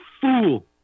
fool